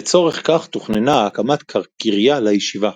לצורך כך תוכננה הקמת קרייה לישיבה,